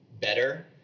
better